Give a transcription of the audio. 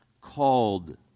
called